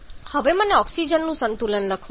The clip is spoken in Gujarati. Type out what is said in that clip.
પછી મને ઓક્સિજનનું સંતુલન લખવા દો